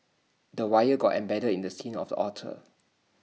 the wire got embedded in the skin of the otter